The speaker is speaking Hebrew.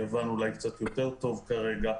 בייוון אולי קצת יותר טוב כרגע.